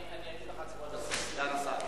אני אגיד לך, סגן השר,